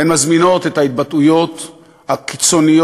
הן מזמינות את ההתבטאויות הקיצוניות,